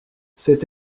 c’est